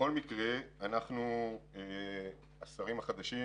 השרים החדשים